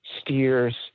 steers